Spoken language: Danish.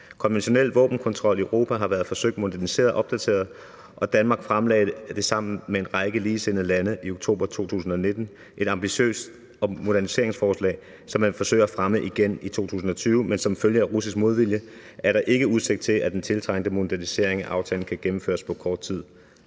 konventionel våbenkontrol i Europa har været forsøgt moderniseret og opdateret, og Danmark fremlagde det sammen med en række ligesindede lande i oktober 2019, et ambitiøst moderniseringsforslag, som man forsøger at fremme igen i 2020, men som følge af russisk modvilje er der ikke udsigt til, at den tiltrænge modernisering af aftalen kan gennemføres på kort tid.